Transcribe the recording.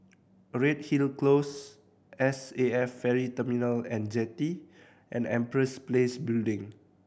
Redhill Close S A F Ferry Terminal And Jetty and Empress Place Building